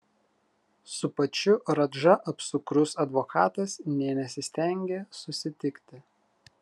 su pačiu radža apsukrus advokatas nė nesistengė susitikti